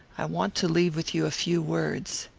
i want to leave with you a few words.